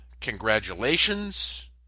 congratulations